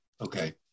Okay